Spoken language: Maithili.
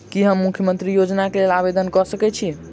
की हम मुख्यमंत्री योजना केँ लेल आवेदन कऽ सकैत छी?